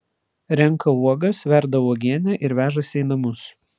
renka uogas verda uogienę ir vežasi į namus